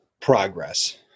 progress